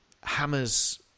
hammers